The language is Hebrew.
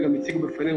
וגם בפנינו,